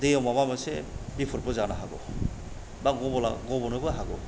दैयाव माबा मोनसे बिपदबो जानो हागौ बा गबनोबो हागौ